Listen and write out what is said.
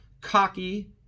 cocky